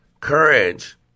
Courage